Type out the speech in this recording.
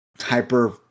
hyper